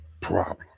problem